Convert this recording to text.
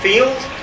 field